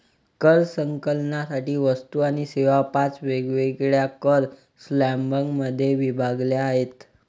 कर संकलनासाठी वस्तू आणि सेवा पाच वेगवेगळ्या कर स्लॅबमध्ये विभागल्या आहेत